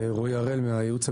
בחודשיים